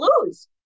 lose